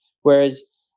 whereas